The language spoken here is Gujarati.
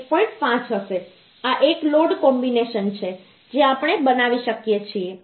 5 હશે આ એક લોડ કોમ્બિનેશન છે જે આપણે બનાવી શકીએ છીએ